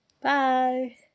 Bye